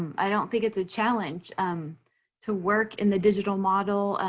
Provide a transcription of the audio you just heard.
i don't think it's a challenge um to work in the digital model.